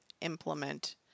implement